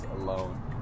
alone